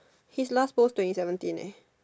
his last post twenty seventeen eh